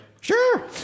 Sure